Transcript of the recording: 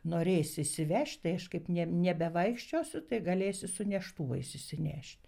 norėsi išsivežt tai aš kaip ne nebevaikščiosiu tai galėsi su neštuvais išsinešt